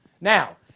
Now